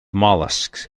molluscs